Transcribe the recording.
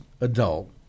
adult